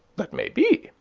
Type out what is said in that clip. that may be.